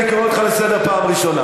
אני קורא אותך לסדר בפעם הראשונה.